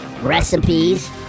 recipes